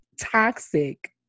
Toxic